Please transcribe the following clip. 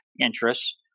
interests